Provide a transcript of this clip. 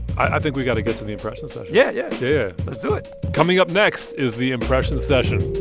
i think we've got to get to the impression session yeah, yeah yeah. let's do it coming up next is the impression session